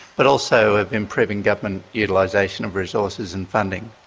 but also of improving government utilisation of resources and funding.